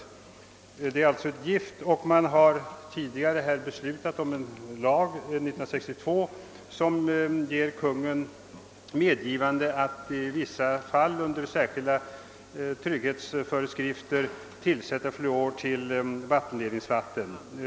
Fluor är alltså ett gift, och riksdagen har 1962 antagit en lag som bemyndigar Kungl. Maj:t att i vissa fall, under särskilda trygghetsföreskrifter, medgiva tillsättande av fluor till vattenledningsvatten.